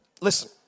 listen